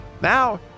Now